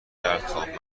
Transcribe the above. کرد